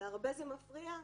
להרבה היא מפריעה,